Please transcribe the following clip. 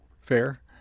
fair